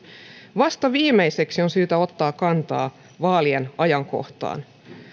vasta viimeiseksi on syytä ottaa kantaa vaalien ajankohtaan